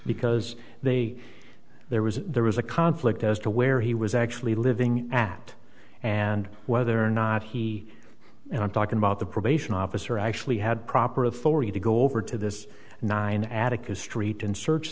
because they there was there was a conflict as to where he was actually living at and whether or not he and i'm talking about the probation officer actually had proper authority to go over to this nine attica street and search